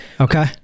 Okay